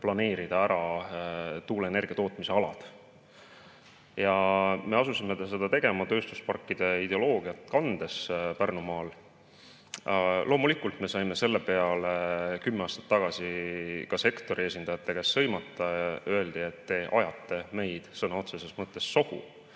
planeerida ära tuuleenergia tootmisalad. Ja me asusime Pärnumaal seda tegema, kandes tööstusparkide ideoloogiat. Loomulikult me saime selle peale kümme aastat tagasi ka sektori esindajate käest sõimata, öeldi, et te ajate meid sõna otseses mõttes sohu,